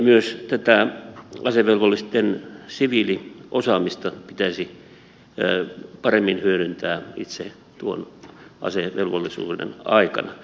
myös tätä asevelvollisten siviiliosaamista pitäisi paremmin hyödyntää itse tuon asevelvollisuuden aikana